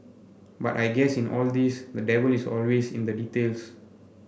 but I guess in all this the devil is always in the details